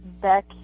Beck